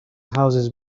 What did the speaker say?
houses